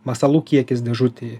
masalų kiekis dėžutėj